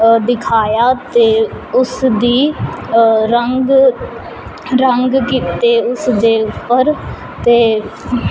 ਦਿਖਾਇਆ ਅਤੇ ਉਸ ਦੀ ਰੰਗ ਰੰਗ ਕੀਤੇ ਉਸਦੇ ਉੱਪਰ ਅਤੇ